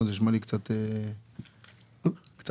ש"ח נראה לי סכום קטן מדי.